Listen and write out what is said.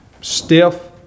stiff